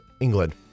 England